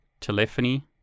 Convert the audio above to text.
Telephony